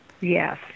Yes